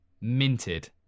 minted